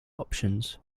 options